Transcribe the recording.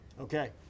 Okay